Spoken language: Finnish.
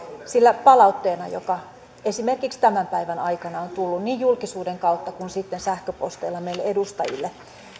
sinä palautteena jota esimerkiksi tämän päivän aikana on tullut niin julkisuuden kautta kuin sitten sähköposteina meille edustajille